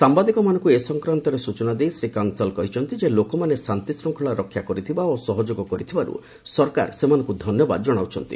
ସାମ୍ଭାଦିକମାନଙ୍କୁ ଏ ସଂକ୍ରାନ୍ତରେ ସୂଚନା ଦେଇ ଶ୍ରୀ କଂସଲ୍ କହିଛନ୍ତି ଲୋକମାନେ ଶାନ୍ତିଶୃଙ୍ଖଳା ରକ୍ଷା କରିଥିବା ଓ ସହଯୋଗ କରିଥିବାରୁ ସରକାର ସେମାନଙ୍କୁ ଧନ୍ୟବାଦ ଜଣାଉଛନ୍ତି